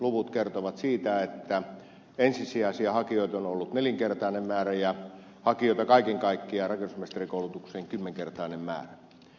luvut kertovat siitä että ensisijaisia hakijoita on ollut nelinkertainen määrä ja hakijoita kaiken kaikkiaan rakennusmestarikoulutukseen kymmenkertainen määrä